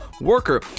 worker